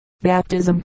Baptism